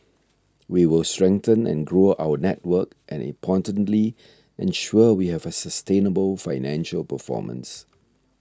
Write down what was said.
we will strengthen and grow our network and importantly ensure we have a sustainable financial performance